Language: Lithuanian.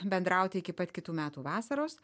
bendrauti iki pat kitų metų vasaros